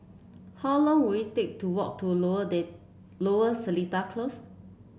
how long will it take to walk to Lower Data Lower Seletar Close